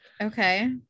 Okay